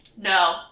No